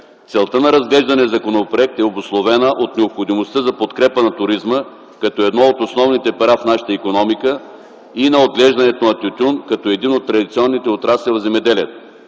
Целта на разглеждания законопроект е обусловена от необходимостта за подкрепа на туризма, като едно от основните пера в нашата икономика и на отглеждането на тютюн, като един от традиционните отрасли в земеделието.